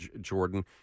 Jordan